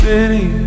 City